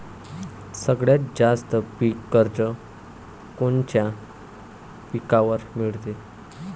सगळ्यात जास्त पीक कर्ज कोनच्या पिकावर मिळते?